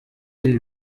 ibi